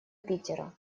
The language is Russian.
питера